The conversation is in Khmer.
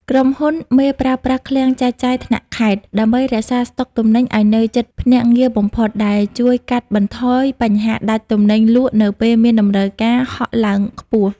ក្រុមហ៊ុនមេប្រើប្រាស់ "ឃ្លាំងចែកចាយថ្នាក់ខេត្ត" ដើម្បីរក្សាស្តុកទំនិញឱ្យនៅជិតភ្នាក់ងារបំផុត ដែលជួយកាត់បន្ថយបញ្ហាដាច់ទំនិញលក់នៅពេលមានតម្រូវការហក់ឡើងខ្ពស់។